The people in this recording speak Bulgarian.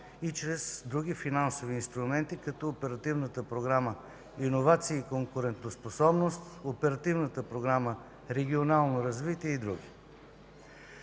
и чрез други финансови инструменти, като Оперативната програма „Иновации и конкурентоспособност”, Оперативната програма „Регионално развитие” и други.